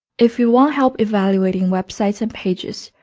if you want help evaluating websites and pages,